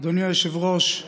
אדוני היושב-ראש,